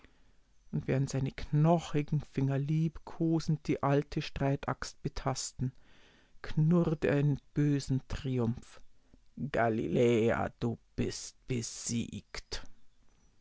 und während seine knochigen finger liebkosend die alte streitaxt betasten knurrt er in bösem triumph galiläer du bist besiegt